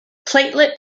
platelet